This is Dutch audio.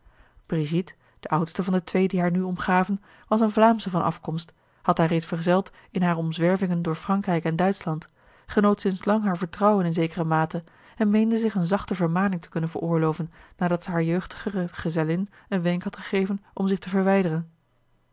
brigitte de oudste van die twee die haar nu omgaven was eene vlaamsche van afkomst had haar reeds verzeld in hare omzwervingen door frankrijk en duitschland genoot sinds lang haar vertrouwen in zekere mate en meende zich eene zachte vermaning te kunnen veroorloven nadat zij hare jeugdigere gezellin een wenk had gegeven om zich te verwijderen